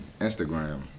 Instagram